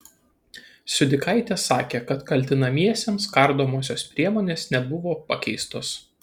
siudikaitė sakė kad kaltinamiesiems kardomosios priemonės nebuvo pakeistos